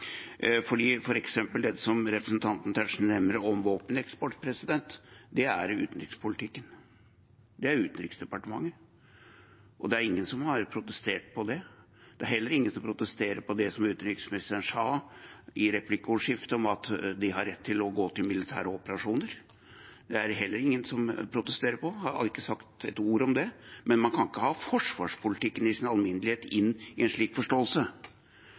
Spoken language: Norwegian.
Det som f.eks. representanten Tetzschner nevner om våpeneksport, er utenrikspolitikk. Det hører til Utenriksdepartementet. Det er ingen som har protestert på det. Det er heller ingen som har protestert på det som utenriksministeren sa i replikkordskiftet om at de har rett til å gå til militære operasjoner. Det er ikke sagt et ord om det, men man kan ikke ha forsvarspolitikken i sin alminnelighet inn i en slik forståelse.